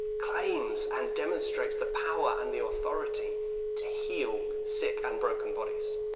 claims and demonstrates the power and the authority to heal sick and broken bodies.